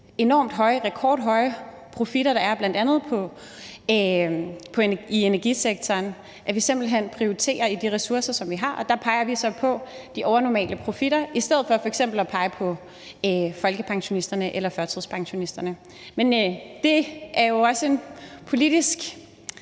enormt høje, rekordhøje profitter, der er i bl.a. energisektoren, simpelt hen prioriterer de ressourcer, vi har, og der peger vi så på de overnormale profitter i stedet for f.eks. at pege på folkepensionisterne eller førtidspensionisterne. Men det er jo også en politisk